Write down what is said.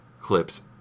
clips